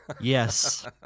Yes